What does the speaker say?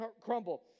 crumble